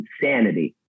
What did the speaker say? insanity